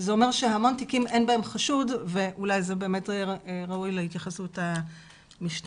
זה אומר שבהמון תיקים אין חשוד ואולי זה ראוי להתייחסות המשטרה.